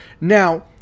Now